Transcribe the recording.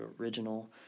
original